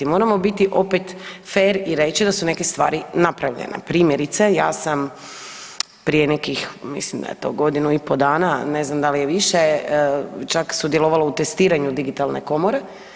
Moramo biti opet fer i reći da su neke stvari napravljene, primjerice ja sam prije nekih mislim godinu i pol dana, ne znam da li je više, čak sudjelovala u testiranju digitalne komore.